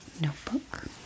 notebook